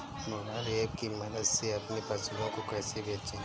Mobile app की मदद से अपनी फसलों को कैसे बेचें?